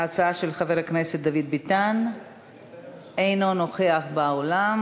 ההצעה היא של חבר הכנסת דוד ביטן שאינו נוכח באולם,